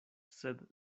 sed